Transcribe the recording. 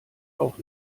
auch